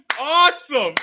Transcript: awesome